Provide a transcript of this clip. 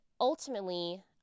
ultimately